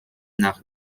nach